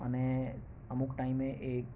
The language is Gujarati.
અને અમુક ટાઈમે એ